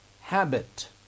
habit